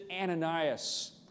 Ananias